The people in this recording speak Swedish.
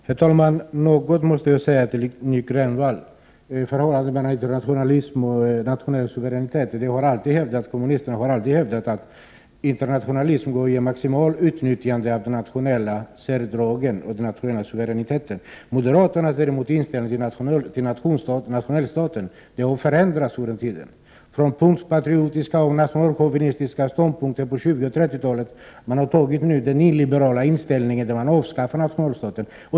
Herr talman! Något måste jag säga till Nic Grönvall om förhållandet mellan internationalism och nationell suveränitet. Kommunisterna har alltid hävdat att vägen till internationalism går genom maximalt utnyttjande av de nationella särdragen och den nationella suveräniteten. Moderaternas inställning till nationalstaten däremot har förändrats. Från patriotiska och nationalchauvinistiska ståndpunkter på 20 och 30-talen har moderaterna nu övergått till den nyliberala inställningen att vilja avskaffa nationalstaten.